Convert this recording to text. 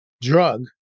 drug